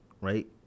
right